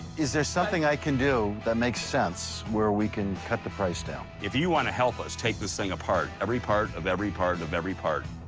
is there something i can do that makes sense where we can cut the price down? if you want to help us take this thing apart, every part of every part of every part,